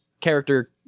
character